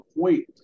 point